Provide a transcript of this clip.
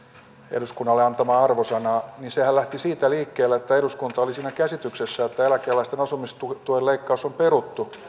eduskunnalle antamaa arvosanaa niin sehän lähti liikkeelle siitä että eduskunta oli siinä käsityksessä että eläkeläisten asumistuen leikkaus on peruttu